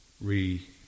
re